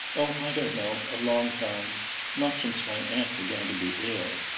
oh, i don't know a long time not since my aunt began to be ill.